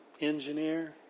engineer